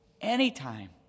anytime